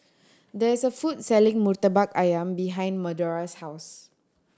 there is a food selling Murtabak Ayam behind Madora's house